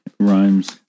Rhymes